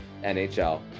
NHL